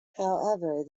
however